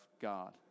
God